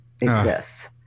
exists